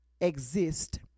exist